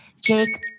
Jake